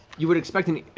you were expecting